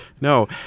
No